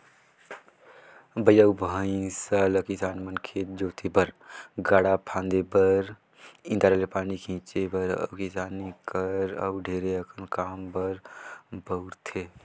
बइला अउ भंइसा ल किसान मन खेत जोते बर, गाड़ा फांदे बर, इन्दारा ले पानी घींचे बर अउ किसानी कर अउ ढेरे अकन काम बर बउरथे